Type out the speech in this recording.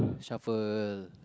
shuffle